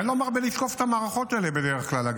אני לא מרבה לתקוף את המערכות האלה בדרך כלל,